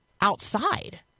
outside